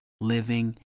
living